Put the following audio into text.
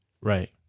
right